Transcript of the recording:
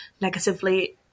negatively